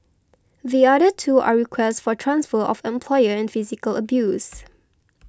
the other two are requests for transfer of employer and physical abuse